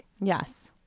Yes